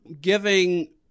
giving